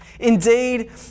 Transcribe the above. Indeed